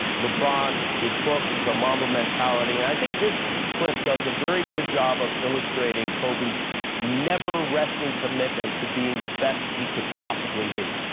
lebron, his book the mamba mentality. and i think this clip does a very good job of illustrating kobe's never resting commitment to being the best he could possibly be.